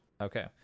Okay